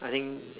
I think